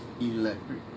Electric